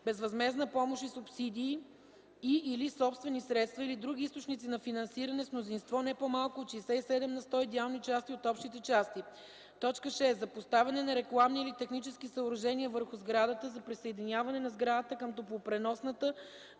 безвъзмездна помощ и субсидии и/или собствени средства или други източници на финансиране – с мнозинство не по-малко от 67 на сто идеални части от общите части; 6. за поставяне на рекламни или технически съоръжения върху сградата, за присъединяване на сградата към топлопреносната,